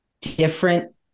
different